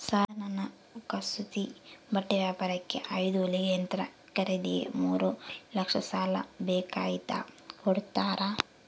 Sir ನನ್ನ ಕಸೂತಿ ಬಟ್ಟೆ ವ್ಯಾಪಾರಕ್ಕೆ ಐದು ಹೊಲಿಗೆ ಯಂತ್ರ ಖರೇದಿಗೆ ಮೂರು ಲಕ್ಷ ಸಾಲ ಬೇಕಾಗ್ಯದ ಕೊಡುತ್ತೇರಾ?